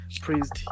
praised